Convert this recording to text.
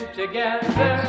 together